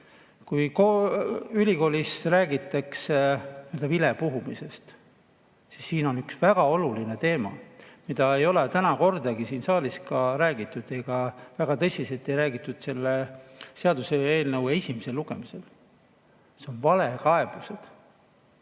Kui ülikoolis räägitakse nii-öelda vilepuhumisest, siis siin on üks väga oluline teema, millest ei ole täna kordagi siin saalis räägitud ja väga tõsiselt ei räägitud ka selle seaduseelnõu esimesel lugemisel. See on valekaebuste